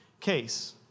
case